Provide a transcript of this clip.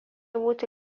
būti